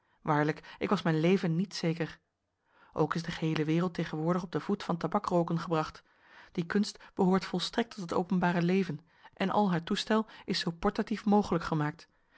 waarlijk ik was mijn leven niet zeker ook is de geheele wereld tegenwoordig op den voet van tabakrooken gebracht die kunst behoort volstrekt tot het openbare leven en al haar toestel is zoo portatief mogelijk gemaakt